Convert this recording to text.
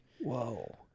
Whoa